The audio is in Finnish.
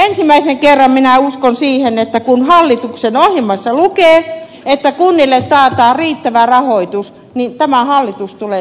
ensimmäisen kerran minä uskon siihen että kun hallituksen ohjelmassa lukee että kunnille taataan riittävä rahoitus niin tämä hallitus tulee sen tekemään